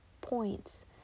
points